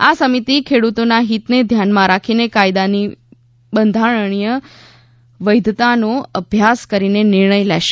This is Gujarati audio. આ સમિતિ ખેડૂતોના હિતને ધ્યાનમાં રાખીને કાયદાની બંધારણીય વૈધતાનો અભ્યાસ કરીને નિર્ણય લેશે